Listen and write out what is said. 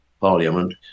parliament